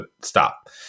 stop